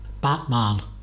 Batman